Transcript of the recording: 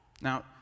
Now